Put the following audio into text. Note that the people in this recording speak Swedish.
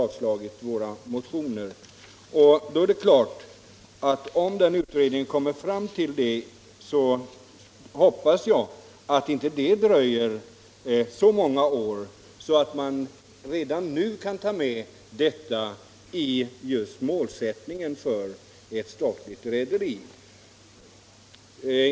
Om denna utredning när den är klar kommer fram till att kustsjöfarten och insjöfarten skall utvecklas, vilket jag hoppas inte kommer att dröja alltför många år, kan dessa frågor redan nu tas med detta i målsättningen för ett statligt rederi.